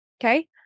Okay